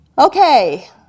Okay